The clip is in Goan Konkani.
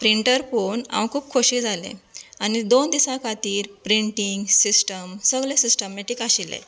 प्रिंन्टर पळोवन हांव खूब खोशी जालें आनी दोन दिसां खातीर प्रिंन्टींग सिस्टम सगलें सिस्टमेटीक आशिल्लें